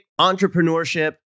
entrepreneurship